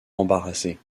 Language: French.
embarrassé